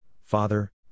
father